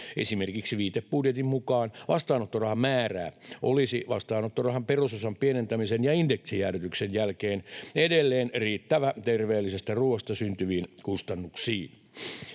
Esimerkiksi viitebudjetin mukaan vastaanottorahan määrä olisi vastaanottorahan perusosan pienentämisen ja indeksijäädytyksen jälkeen edelleen riittävä terveellisestä ruuasta syntyviin kustannuksiin.